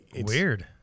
Weird